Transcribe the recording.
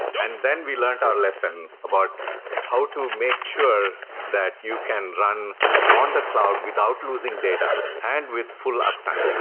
and then we learned our lesson about how to make sure that you can run on the cloud without losing data, and with full uptime.